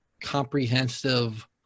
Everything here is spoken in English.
comprehensive